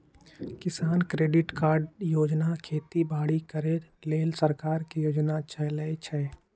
किसान credit card योजना खेती बाड़ी करे लेल सरकार के योजना चलै छै